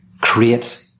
create